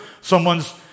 Someone's